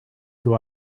who